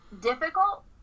difficult